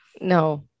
No